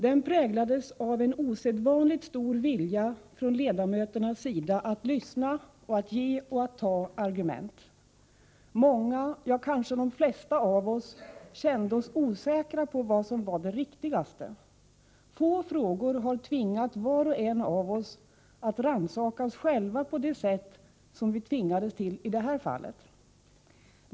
Den präglades av en osedvanligt stor vilja från ledamöternas sida att lyssna och att ge och ta argument. Många, ja, kanske de flesta av oss kände sig osäkra på vad som var det riktigaste. Få frågor har tvingat var och en av oss att rannsaka sig själv på det sätt som vi tvingades till i det här fallet.